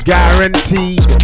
Guaranteed